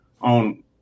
on